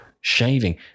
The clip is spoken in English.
shaving